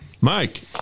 Mike